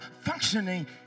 functioning